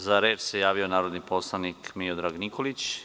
Za reč se javio narodni poslanik Miodrag Nikolić.